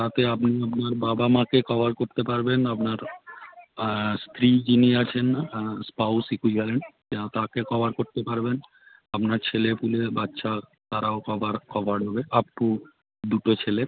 তাতে আপনি আপনার বাবা মাকে কভার করতে পারবেন আপনার স্ত্রী যিনি আছেন স্পাউস ইকুইভ্যালেন্ট তাকে কভার করতে পারবেন আপনার ছেলে পুলে বাচ্চা তারাও কভার কভার হবে আপটু দুটো ছেলে